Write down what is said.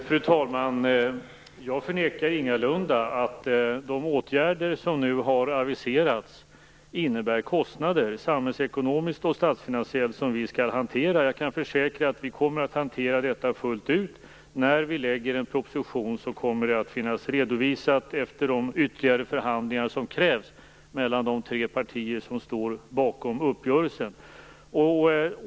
Fru talman! Jag förnekar ingalunda att de åtgärder som nu har aviserats innebär kostnader, samhällsekonomiskt och statsfinansiellt, som vi skall hantera. Jag kan försäkra att vi kommer att hantera detta fullt ut. Vi kommer att redovisa det i den proposition som läggs fram efter de ytterligare förhandlingar som krävs mellan de tre partier som står bakom uppgörelsen.